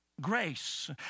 grace